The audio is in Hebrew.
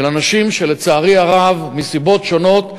של אנשים שלצערי הרב מסיבות שונות,